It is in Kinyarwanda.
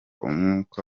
umwuka